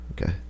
Okay